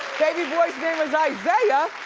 baby boy's name is isaiah.